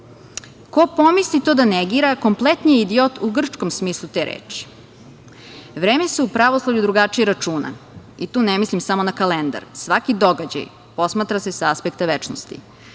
pomisli to da negira, kompletni je idiot, u grčkom smislu te reči. Vreme se u pravoslavlju drugačije računa i tu ne mislim samo na kalendar. Svaki događaj posmatra se sa aspekta večnosti